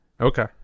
Okay